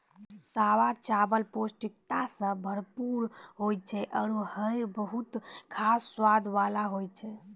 सावा चावल पौष्टिकता सें भरपूर होय छै आरु हय बहुत खास स्वाद वाला होय छै